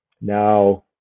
Now